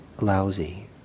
lousy